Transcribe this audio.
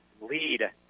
lead